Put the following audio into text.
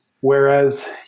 Whereas